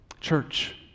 Church